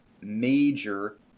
major